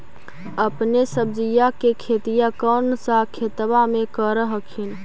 अपने सब्जिया के खेतिया कौन सा खेतबा मे कर हखिन?